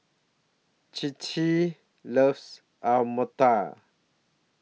Cinthia loves Alu Matar